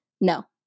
No